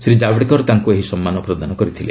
ଶ୍ରୀ ଜାବ୍ଡେକର ତାଙ୍କୁ ଏହି ସମ୍ମାନ ପ୍ରଦାନ କରିଛନ୍ତି